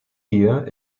here